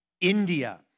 India